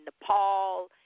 Nepal